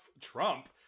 trump